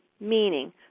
meaning